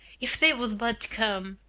if they would but come!